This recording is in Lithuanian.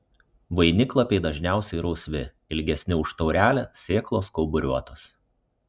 vainiklapiai dažniausiai rausvi ilgesni už taurelę sėklos kauburiuotos